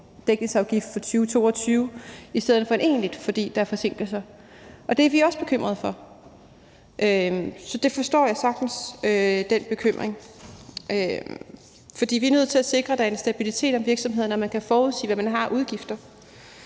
dækningsafgift for 2022 i stedet for en egentlig, fordi der er forsinkelser. Og det er vi også bekymrede for. Så den bekymring forstår jeg sagtens, for vi er nødt til at sikre, at der er en stabilitet om virksomhederne, og at man kan forudsige, hvad man har af udgifter.